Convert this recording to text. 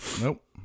Nope